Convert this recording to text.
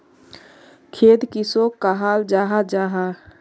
खेत किसोक कहाल जाहा जाहा?